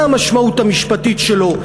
מה המשמעות המשפטית שלו.